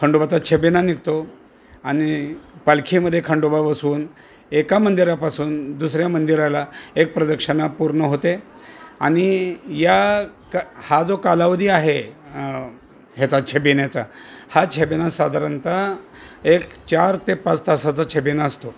खंडोबाचा छबिना निघतो आणि पालखीमध्ये खंडोबा बसवू एका मंदिरापासून दुसऱ्या मंदिराला एक प्रदक्षिणा पूर्ण होते आणि या का हा जो कालावधी आहे ह्याचा छबिन्याचा हा छबिना साधारणतः एक चार ते पाच तासाचा छबिना असतो